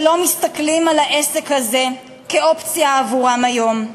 שלא מסתכלים על העסק הזה כאופציה עבורם היום,